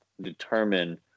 determine